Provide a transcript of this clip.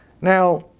Now